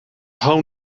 hou